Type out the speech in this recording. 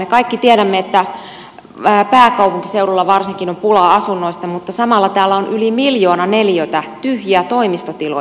me kaikki tiedämme että pääkaupunkiseudulla varsinkin on pulaa asunnoista mutta samalla täällä on yli miljoona neliötä tyhjiä toimistotiloja